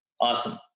Awesome